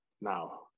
now